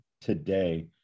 today